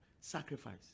sacrifice